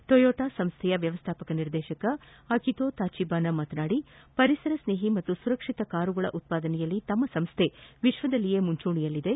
Toyota ಸಂಶ್ವೆಯ ವ್ಯವಸ್ಥಾಪಕ ನಿರ್ದೇಶಕ ಅಕಿತೊ ತಾಟಿಬಾನ ಮಾತನಾಡಿ ಪರಿಸರ ಸ್ನೇಹಿ ಮತ್ತು ಸುರಕ್ಷಿತ ಕಾರುಗಳ ಉತ್ಪಾದನೆಯಲ್ಲಿ ತಮ್ಮ ಸಂಸ್ಥೆ ವಿಶ್ವದಲ್ಲಿಯೇ ಮಂಚೂಣಿಯಲ್ಲಿದೆ